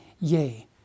yea